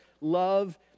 love